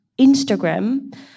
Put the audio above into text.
Instagram